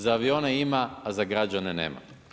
Za avione ima, a za građane nema.